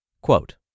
Quote